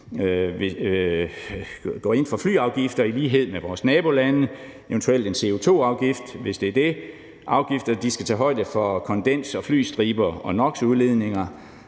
går ind for flyafgifter i lighed med vores nabolande, eventuelt en CO2-afgift, hvis det er det. Afgifter skal tage højde for kondensstriber og NOx-udledninger.